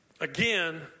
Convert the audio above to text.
Again